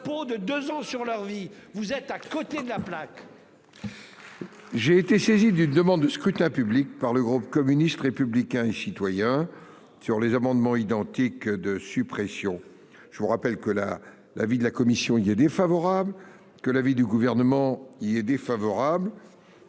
J'ai été saisi d'une demande de scrutin public par le groupe communiste républicain et citoyen sur les amendements identiques de suppression. Je vous rappelle que la l'avis de la commission il est défavorable que l'avis du gouvernement, il est défavorable.